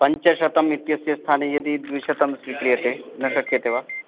पञ्चशतम् इत्यस्य स्थाने यदि द्विशतं स्वीक्रियते न शक्यते वा